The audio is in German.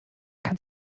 kann